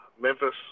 Memphis